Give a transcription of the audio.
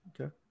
Okay